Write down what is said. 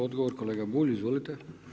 Odgovor kolega Bulj, izvolite.